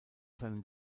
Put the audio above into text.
seinen